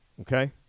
okay